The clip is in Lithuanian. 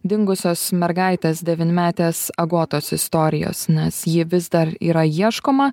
dingusios mergaitės devynmetės agotos istorijos nes ji vis dar yra ieškoma